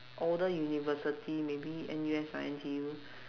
older university maybe N_U_S or N_T_U